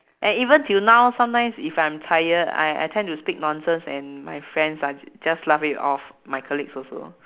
and even till now sometimes if I'm tired I I tend to speak nonsense and my friends are j~ just laugh it off my colleagues also